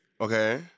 Okay